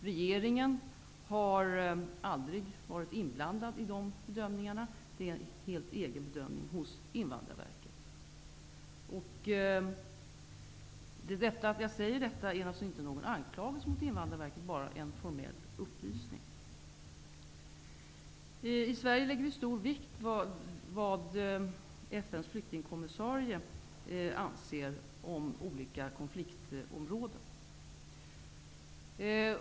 Regeringen har aldrig varit inblandad i de bedömningarna, utan de har gjorts av Invandrarverket. Att jag säger detta innebär ingen anklagelse mot Invandrarverket utan bara en formell upplysning. I Sverige lägger vi stor vikt vid vad FN:s flyktingkommissarie anser om olika konfliktområden.